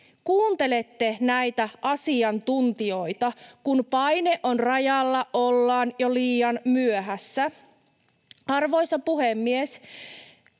kuuntelette näitä asiantuntijoita. Kun paine on rajalla, ollaan jo liian myöhässä. Arvoisa puhemies!